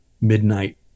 midnight